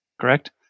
Correct